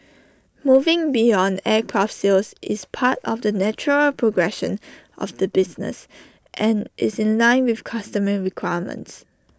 moving beyond aircraft sales is part of the natural progression of the business and is in line with customer requirements